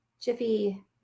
Jiffy